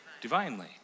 Divinely